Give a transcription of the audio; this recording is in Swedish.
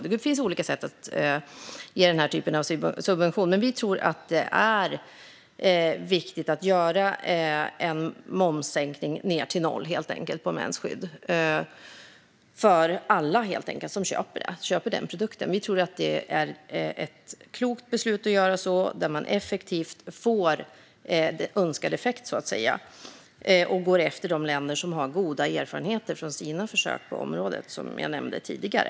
Det finns olika sätt att ge denna typ av subvention, men vi tror att det är viktigt att göra en momssänkning ned till noll på mensskydd för alla som köper sådana produkter. Vi tror att det är ett klokt beslut att göra så och att man effektivt får önskad effekt. Vi följer då efter de länder som har goda erfarenheter av sina försök på området, som jag nämnde tidigare.